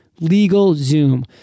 LegalZoom